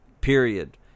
period